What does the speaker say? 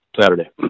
Saturday